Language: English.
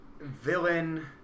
villain